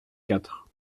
quatre